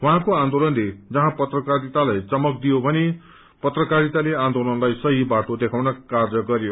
उहाँको आन्दोलनले जहाँ पत्रकारिता चमक दियो साथै उहाँको पत्रकारिताले आन्दोलनलाईसही बाटो देखाउने कार्य गरयो